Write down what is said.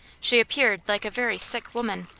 she appeared like a very sick woman,